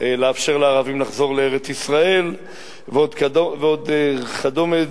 לאפשר לערבים לחזור לארץ-ישראל ועוד כדומה,